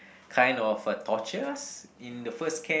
kind of uh torture us in the first camp